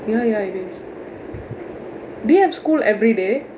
ya ya it is do you have school everyday